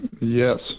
Yes